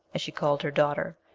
as she called her daughter,